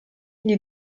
gli